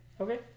Okay